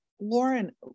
Lauren